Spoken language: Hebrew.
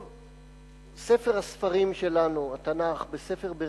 ספר הספרים שלנו, התנ"ך, בספר "בראשית"